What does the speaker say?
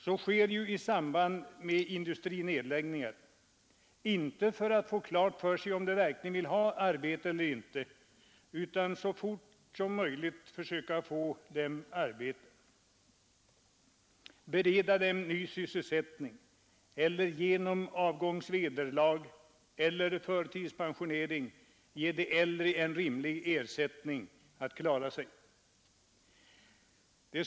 Så gör man ju i samband med industrinedläggningar, inte för att få klart för sig om de verkligen vill ha arbete eller inte, utan för att så fort som möjligt kunna bereda dem ny sysselsättning eller genom avgångsvederlag eller förtidspensionering ge de äldre en rimlig förutsättning att klara sig.